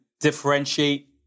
differentiate